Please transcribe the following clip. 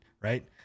Right